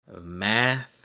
Math